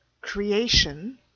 creation